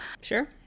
Sure